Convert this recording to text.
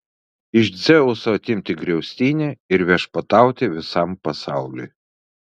iš dzeuso atimti griaustinį ir viešpatauti visam pasauliui